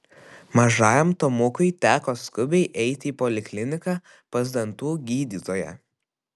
mažajam tomukui teko skubiai eiti į polikliniką pas dantų gydytoją